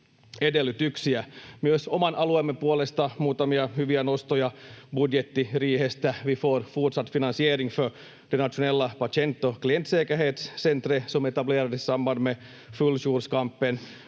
edellytyksiä. Myös oman alueemme puolesta muutamia hyviä nostoja budjettiriihestä: Vi får fortsatt finansiering för det nationella patient- och klientsäkerhetscentret som etablerades i samband med fulljourskampen.